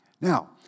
Now